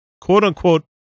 quote-unquote